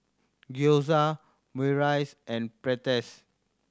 Gyoza Omurice and Pretzel